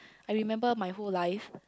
I remember my whole life